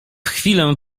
chwilę